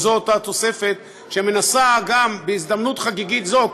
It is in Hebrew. וזו אותה תוספת שמנסה גם בהזדמנות חגיגית זו,